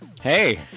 Hey